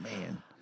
man